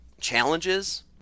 challenges